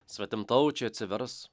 svetimtaučiai atsivers